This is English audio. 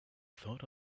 thought